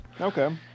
okay